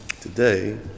today